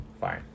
Fine